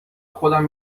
خودم